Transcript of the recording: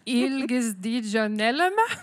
ilgis dydžio nelemia